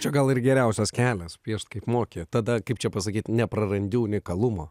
čia gal ir geriausias kelias piešt kaip moki tada kaip čia pasakyt neprarandi unikalumo